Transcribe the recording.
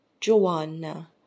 Joanna